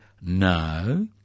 No